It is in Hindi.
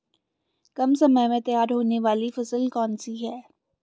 कम समय में तैयार होने वाली फसल कौन सी है?